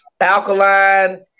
alkaline